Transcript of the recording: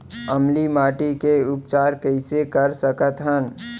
अम्लीय माटी के उपचार कइसे कर सकत हन?